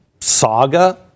saga